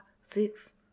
six